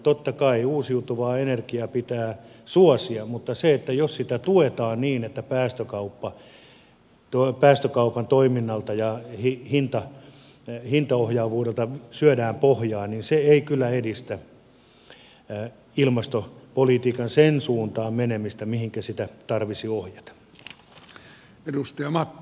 totta kai uusiutuvaa energiaa pitää suosia mutta jos sitä tuetaan niin että päästökaupan toiminnalta ja hintaohjaavuudelta syödään pohjaa niin se ei kyllä edistä ilmastopolitiikan menemistä siihen suuntaan mihinkä sitä tarvitsisi ohjata